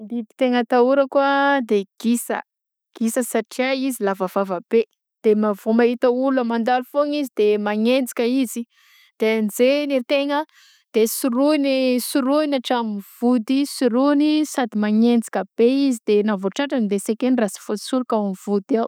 Ny biby tegna atahorako a de gisa satria izy lava vava be; de ma- vao maita olona mandalo foagna manenjika izy de enjehany ategna de sorohogny sorohogny atram vody sorohogny sady manenjika be izy na raha vao tratrany de sy ekeny raha sy voasoroka amy vody ao